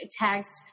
text